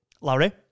Larry